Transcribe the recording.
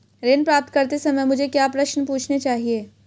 ऋण प्राप्त करते समय मुझे क्या प्रश्न पूछने चाहिए?